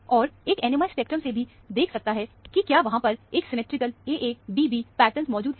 और एक NMR spectrum से भी देख सकता है कि क्या वहां पर एक सिमिट्रिकल AA'BB' पैटर्न मौजूद है